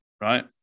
right